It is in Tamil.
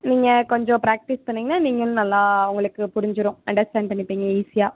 நீங்கள் கொஞ்சம் ப்ராக்டீஸ் பண்ணிங்கன்னால் நீங்களும் நல்லா உங்களுக்கு புரிஞ்சிடும் அன்டஸ்டாண்ட் பண்ணிப்பீங்க ஈஸியாக